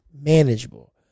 manageable